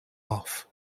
off